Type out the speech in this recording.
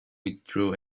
withdrew